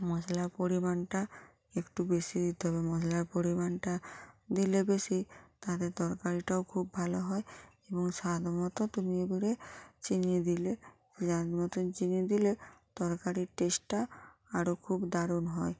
মশলার পরিমাণটা একটু বেশি দিতে হবে মশলার পরিমাণটা দিলে বেশি তাতে তরকারিটাও খুব ভালো হয় এবং স্বাদ মতো তুমি এগুলি চিনি দিলে স্বাদ মতন চিনি দিলে তরকারির টেস্টটা আরো খুব দারুণ হয়